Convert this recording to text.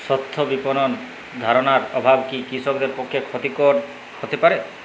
স্বচ্ছ বিপণন ধারণার অভাব কি কৃষকদের পক্ষে ক্ষতিকর হতে পারে?